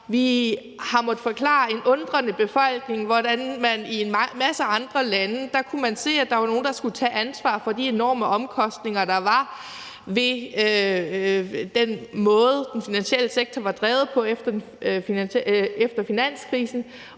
Vi har måttet forklare en undrende befolkning, hvordan man i en masse andre lande kunne se, at der var nogle, der skulle tage ansvar for de enorme omkostninger, der var ved den måde, den finansielle sektor var drevet på efter finanskrisen,